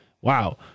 wow